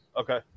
Okay